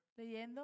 Leyendo